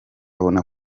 abona